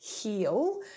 heal